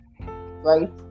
right